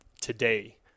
today